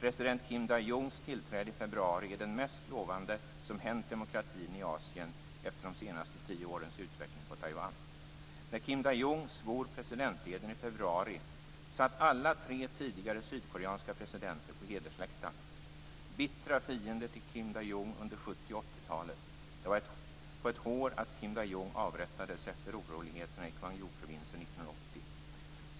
President Kim Dae Jungs tillträde i februari är det mest lovande som hänt demokratin i Asien efter de senaste tio årens utveckling på Taiwan. När Kim Dae Jung svor presidenteden i februari satt alla tre tidigare sydkoreanska presidenter på hedersläktaren. De var bittra fiender till Kim Dae Jung under 70 och 80-talet, och det var på ett hår att Kim Dae Jung avrättats efter oroligheterna i Kwangjuprovinsen 1980.